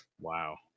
Wow